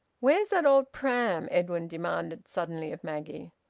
where's that old pram? edwin demanded suddenly of maggie.